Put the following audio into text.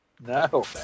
no